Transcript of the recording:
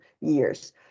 years